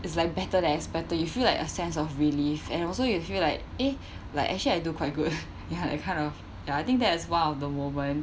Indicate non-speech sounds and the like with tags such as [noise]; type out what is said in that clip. it's like better than expected you feel like a sense of relief and also you feel like eh like actually I do quite good [laughs] ya I kind of ya I think that is one of the moment